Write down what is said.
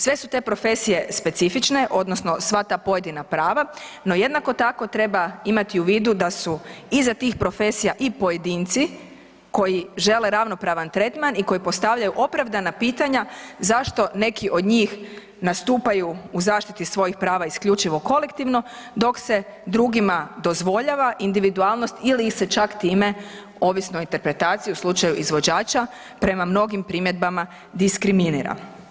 Sve su te profesije specifične odnosno sva ta pojedina prava no jednako tako treba imati u vidu da su iza tih profesija i pojedinci koji žele ravnopravan tretman i koji postavljaju opravdana pitanja zašto neki od njih nastupaju u zaštiti svojih prava isključivo kolektivno dok se drugima dozvoljava individualnost ili ih se čak time ovisno o interpretaciji, u slučaju izvođača, prema mnogima primjedbama diskriminira.